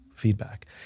feedback